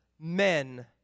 men